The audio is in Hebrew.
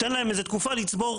תן להם איזו תקופה כדי לצבור.